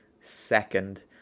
second